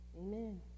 Amen